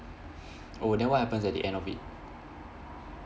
oh then what happens at the end of it